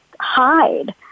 hide